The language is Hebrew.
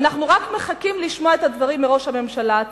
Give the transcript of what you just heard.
ואנחנו רק מחכים לשמוע את הדברים מראש הממשלה עצמו.